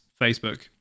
Facebook